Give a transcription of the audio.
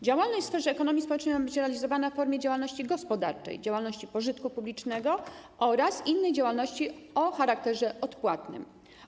Działalność w sferze ekonomii społecznej ma być realizowana w formie działalności gospodarczej, działalności pożytku publicznego oraz innej działalności o charakterze odpłatnym.